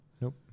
Nope